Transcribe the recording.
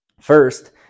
First